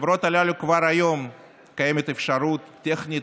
כבר היום יש בחברות הללו אפשרות טכנית